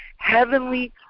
Heavenly